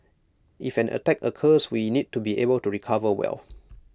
if an attack occurs we need to be able to recover well